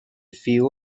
feel